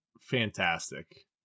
fantastic